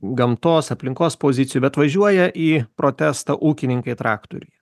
gamtos aplinkos pozicijų bet važiuoja į protestą ūkininkai traktoriai